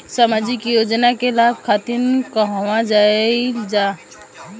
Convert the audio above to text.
सामाजिक योजना के लाभ खातिर कहवा जाई जा?